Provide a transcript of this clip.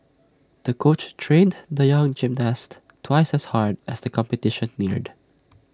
the coach trained the young gymnast twice as hard as the competition neared